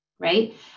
Right